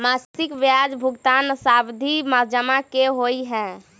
मासिक ब्याज भुगतान सावधि जमा की होइ है?